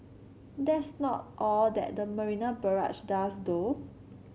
that's not all that the Marina Barrage does though